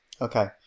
Okay